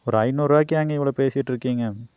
ஒரு ஐநூறுபாய்க்கு ஏங்க இவ்வளோ பேசிட்டிருக்கீங்க